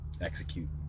execute